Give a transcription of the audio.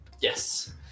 yes